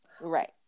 Right